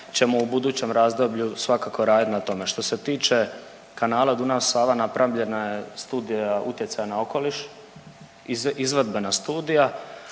ćemo u budućem razdoblju svakako radit na tome. Što se tiče kanala Dunav-Sava napravljena je Studija utjecaja na okoliš, izvedbena studija